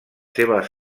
seves